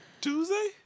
Tuesday